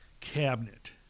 cabinet